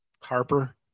Harper